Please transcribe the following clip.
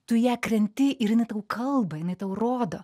tu į ją krenti ir jinai tau kalba jinai tau rodo